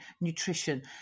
nutrition